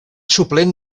suplent